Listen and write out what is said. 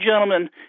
gentlemen